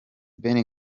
ben